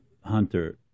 Hunter